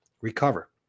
recover